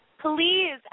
Please